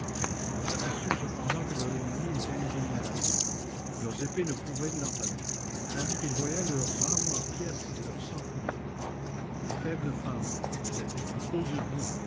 ils s'apperçurent cependant que leur ennemi était invulnérable leurs épées ne pouvaient l'entamer tandis qu'ils voyaient leurs armes en pièces et leur sang couler faibles femmes disait-il osez-vous